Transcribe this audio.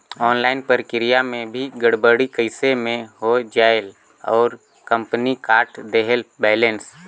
Online प्रक्रिया मे भी गड़बड़ी कइसे मे हो जायेल और कंपनी काट देहेल बैलेंस?